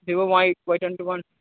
Vivo Y twenty one